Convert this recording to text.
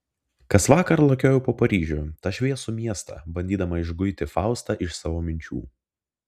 kasvakar lakiojau po paryžių tą šviesų miestą bandydama išguiti faustą iš savo minčių